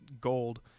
gold